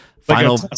final